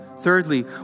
Thirdly